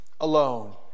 alone